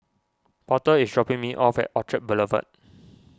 Porter is dropping me off at Orchard Boulevard